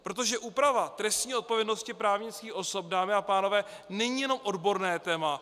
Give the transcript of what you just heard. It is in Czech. Protože úprava trestní odpovědnosti právnických osob, dámy a pánové, není jenom odborné téma.